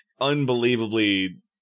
unbelievably